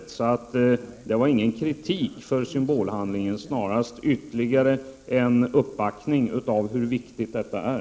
Jag framförde alltså inte heller någon kritik mot denna symbolhandling — det jag sade var snarare en ytterligare uppbackning av uttalandena om hur viktigt detta är.